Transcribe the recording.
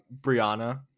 Brianna